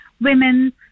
women